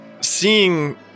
Seeing